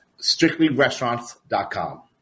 Strictlyrestaurants.com